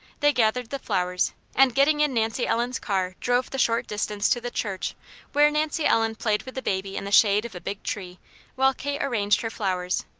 they gathered the flowers and getting in nancy ellen's car drove the short distance to the church where nancy ellen played with the baby in the shade of a big tree while kate arranged her flowers.